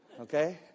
Okay